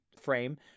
frame